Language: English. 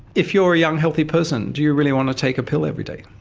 if you're a young healthy person, do you really want to take a pill every day?